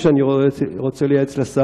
אם אומרת חברת הכנסת רגב,